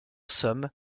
somme